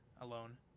alone